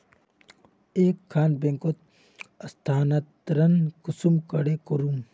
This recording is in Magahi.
एक खान बैंकोत स्थानंतरण कुंसम करे करूम?